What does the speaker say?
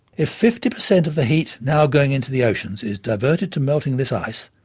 if fifty percent of the heat now going into the oceans is diverted to melting this ice,